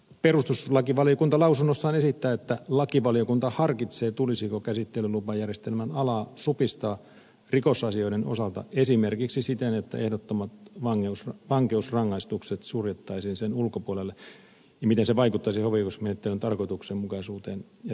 perustuslakivaliokunta lausunnossaan esittää että lakivaliokunta harkitsee vielä tulisiko käsittelylupajärjestelmän alaa supistaa rikosasioiden osalta esimerkiksi siten että ehdottomat vankeusrangaistukset suljettaisiin sen ulkopuolelle ja miten se vaikuttaisi hovioikeusmenettelyn tarkoituksenmukaisuuteen ja tehokkuuteen